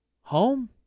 home